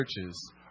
churches